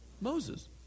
Moses